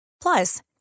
Plus